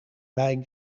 bij